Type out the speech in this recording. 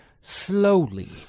slowly